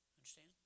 Understand